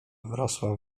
wrosła